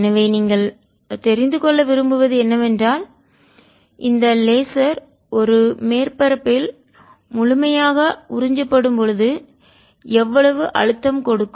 எனவே நீங்கள் தெரிந்து கொள்ள விரும்புவது என்னவென்றால் இந்த லேசர் ஒரு மேற்பரப்பில் முழுமையாக உறிஞ்சப்படும் பொழுது எவ்வளவு அழுத்தம் கொடுக்கும்